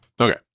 Okay